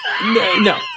no